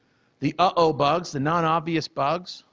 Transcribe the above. the uh-oh bugs, the non obvious bugs,